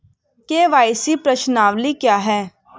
KYC प्रश्नावली क्या है?